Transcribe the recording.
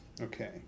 okay